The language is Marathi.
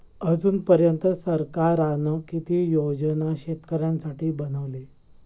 अजून पर्यंत सरकारान किती योजना शेतकऱ्यांसाठी बनवले?